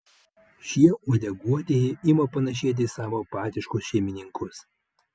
šie uodeguotieji ima panašėti į savo apatiškus šeimininkus